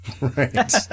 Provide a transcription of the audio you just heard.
Right